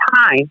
time